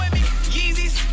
Yeezys